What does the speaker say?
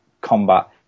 combat